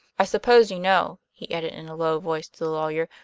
i suppose you know, he added, in a low voice to the lawyer,